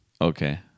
Okay